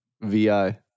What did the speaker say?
VI